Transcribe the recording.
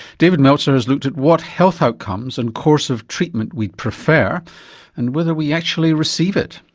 david meltzer has looked at what health outcomes and course of treatment we'd prefer and whether we actually receive it.